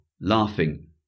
laughing